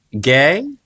gay